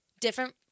different